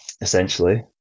essentially